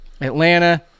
Atlanta